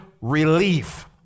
relief